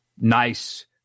nice